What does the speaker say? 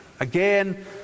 Again